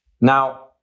Now